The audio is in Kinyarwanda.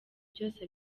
byose